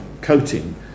coating